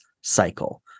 cycle